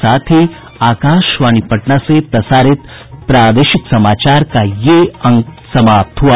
इसके साथ ही आकाशवाणी पटना से प्रसारित प्रादेशिक समाचार का ये अंक समाप्त हुआ